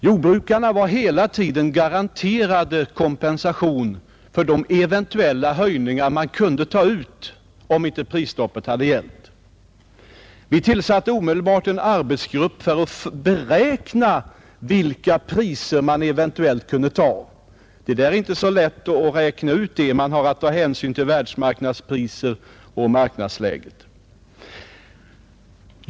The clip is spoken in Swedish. Jordbrukarna var hela tiden garanterade kompensation för de eventuella höjningar som de hade kunnat ta ut om inte prisstoppet hade gällt. Vi tillsatte omedelbart en arbetsgrupp för att beräkna vilka priser man eventuellt kunde ta. Det är inte så lätt att räkna ut; man har att ta hänsyn till bl.a. världsmarknadspriserna och marknadsläget här hemma.